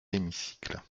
hémicycle